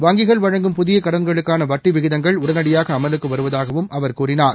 வங்கிகள் வழங்கும் புதிய கடன்களுக்கான வட்டி விகிதங்கள் உடனடியாக அமலுக்கு வருவதாகவும் அவர் கூறினார்